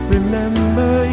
Remember